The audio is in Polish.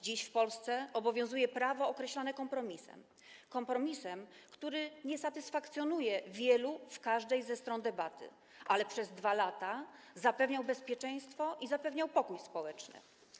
Dziś w Polsce obowiązuje prawo określone kompromisem, kompromisem, który nie satysfakcjonuje wielu przedstawicieli każdej ze stron debaty, ale przez 2 lata zapewniał bezpieczeństwo i zapewniał pokój społeczny.